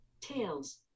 tails